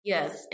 Yes